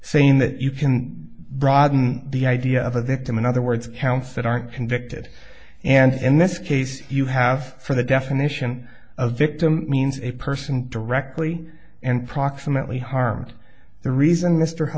saying that you can broaden the idea of a victim in other words counts that aren't convicted and in this case you have for the definition of victim means a person directly and proximately harm the reason mr